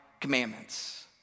commandments